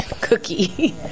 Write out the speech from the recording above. Cookie